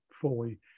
fully